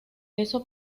eso